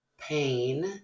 pain